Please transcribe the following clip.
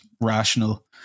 rational